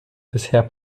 bisher